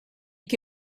che